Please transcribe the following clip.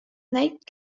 light